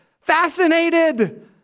Fascinated